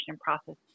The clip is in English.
process